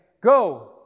go